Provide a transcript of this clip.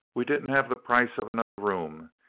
we didn't have the price of another room.